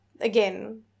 again